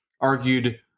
argued